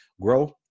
grow